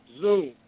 zoom